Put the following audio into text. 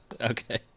Okay